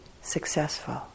successful